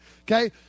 okay